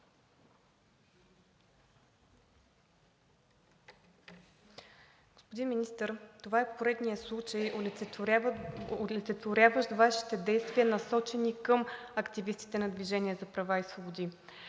Господин Министър, това е поредният случай, олицетворяващ Вашите действия, насочени към активистите на „Движение за права и свободи“.